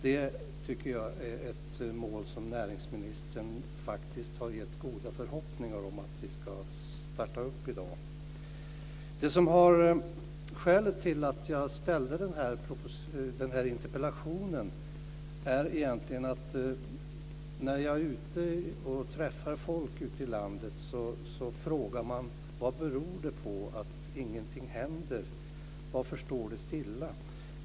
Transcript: Det tycker jag är ett mål som näringsministern faktiskt har gett goda förhoppningar om att vi ska sätta upp i dag. Skälet till att jag ställde den här interpellationen är egentligen att människor, när jag är ute och träffar dem i landet, frågar vad det beror på att ingenting händer. Varför står det stilla?